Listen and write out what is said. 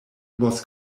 was